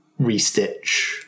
restitch